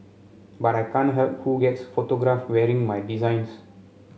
but I can't help who gets photographed wearing my designs